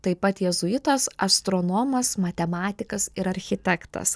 taip pat jėzuitas astronomas matematikas ir architektas